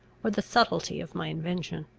or the subtlety of my invention.